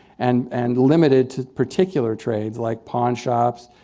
and and limited to particular trades like pawn shops,